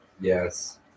Yes